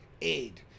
aid